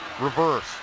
reverse